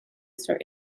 sort